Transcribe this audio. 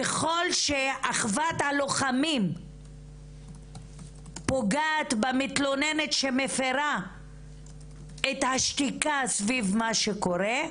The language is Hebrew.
ככל שאחוות הלוחמים פוגעת במתלוננת שמפירה את השתיקה סביב מה שקורה,